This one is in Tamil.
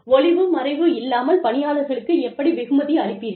ஒளிவு மறைவு இல்லாமல் பணியாளர்களுக்கு எப்படி வெகுமதி அளிப்பீர்கள்